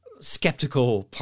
skeptical